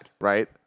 right